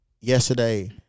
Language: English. yesterday